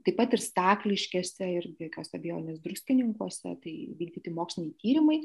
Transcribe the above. taip pat ir stakliškėse ir be jokios abejonės druskininkuose tai vykdyti moksliniai tyrimai